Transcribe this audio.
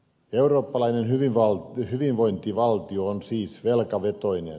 eurooppalainen hyvinvointivaltio on siis velkavetoinen